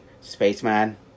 Spaceman